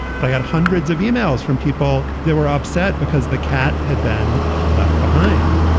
but i had hundreds of yeah e-mails from people that were upset because the cat had been left behind.